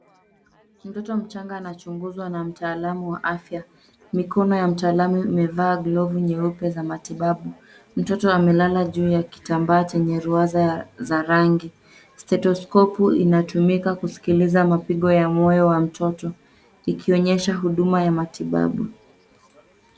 Mtoto mchanga anachunguzwa na mtalamu wa afya. Mikono ya mtalamu imevaa glovu nyeupe za matibabu. Mtoto amelala juu ya kitamba chenye ruaza za rangi. Stetoskopu inatumika kuskiliza mapigo ya moyo wa mtoto ikionyesha huduma ya matibabu.